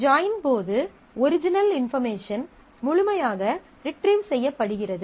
join போது original information முழுமையாக retrieve செய்யப்படுகிறது